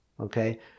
okay